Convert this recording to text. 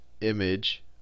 image